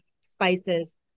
spices